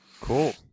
cool